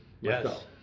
Yes